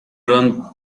run